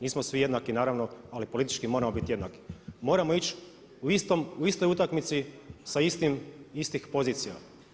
Nismo svi jednaki naravno ali politički moramo biti jednaki, moramo ići u istoj utakmici sa istih pozicija.